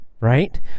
right